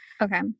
Okay